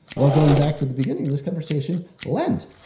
well, going back to the beginning of this conversation lent.